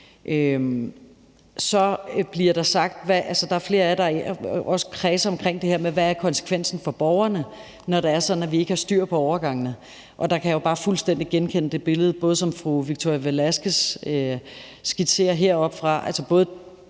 Så er der flere af jer, der også kredser omkring det her med: Hvad er konsekvensen for borgerne, når det er sådan, at vi ikke har styr på overgangene? Og der kan jeg jo bare fuldstændig genkende det billede, som fru Victoria Velasquez skitserer heroppe fra talerstolen,